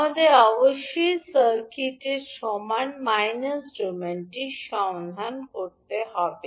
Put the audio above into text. আমাদের অবশ্যই সার্কিটের সমান মাইনাস ডোমেনটি সন্ধান করতে হবে